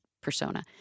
persona